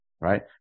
right